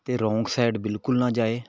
ਅਤੇ wrong side ਬਿਲਕੁਲ ਨਾ ਜਾਏ